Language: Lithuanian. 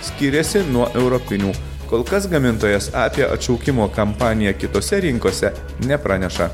skiriasi nuo europinių kol kas gamintojas apie atšaukimo kampaniją kitose rinkose nepraneša